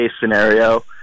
scenario